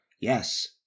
Yes